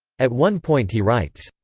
at one point he writes.